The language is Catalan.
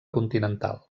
continental